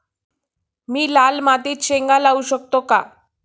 मी लाल मातीत शेंगा लावू शकतो का?